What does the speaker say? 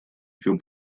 film